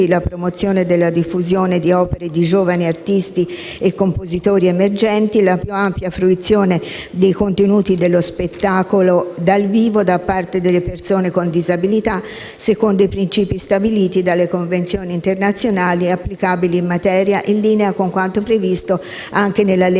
la promozione della diffusione di opere di giovani artisti e compositori emergenti, la più ampia fruizione dei contenuti dello spettacolo dal vivo da parte delle persone con disabilità, secondo i principi stabiliti dalle Convenzioni internazionali ed applicabili in materia, in linea con quanto previsto anche nella legge